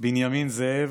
בנימין זאב,